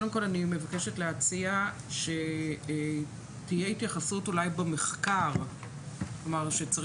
קודם כל אני מבקשת להציע שתהיה התייחסות אולי במחקר שצריך.